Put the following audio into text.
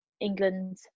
England